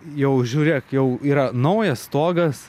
jau žiūrėk jau yra naujas stogas